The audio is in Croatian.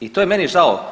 I to je meni žao.